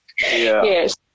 Yes